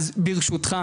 אז ברשותך.